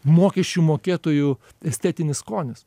mokesčių mokėtojų estetinis skonis